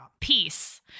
Peace